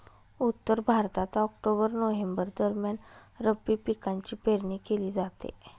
उत्तर भारतात October November दरम्यान रब्बी पिकांची पेरणी केली जाते